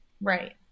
Right